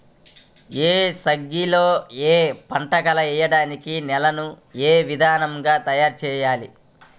ఏసంగిలో ఏక పంటగ వెయడానికి నేలను ఏ విధముగా తయారుచేయాలి?